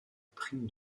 prime